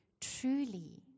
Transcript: truly